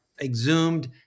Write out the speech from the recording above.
exhumed